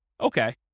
Okay